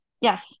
yes